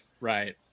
right